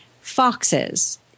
foxes